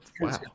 wow